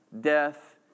death